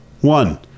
One